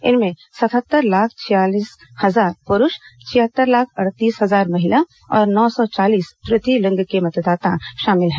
इनमें सतहत्तर लाख छियालीस हजार प्रूष छिहत्तर लाख अड़तीस हजार महिला और नौ सौ चालीस तृतीय लिंग के मतदाता शामिल हैं